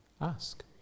ask